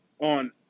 on